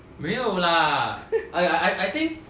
没有 lah !aiya! I I think